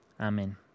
Amen